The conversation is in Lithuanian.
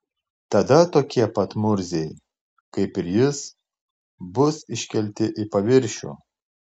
tada tokie pat murziai kaip ir jis bus iškelti į paviršių